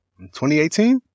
2018